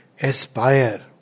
Aspire